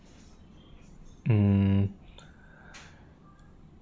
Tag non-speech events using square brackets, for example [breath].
mm [breath]